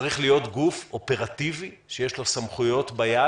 צריך להיות גוף אופרטיבי שיש לו סמכויות ביד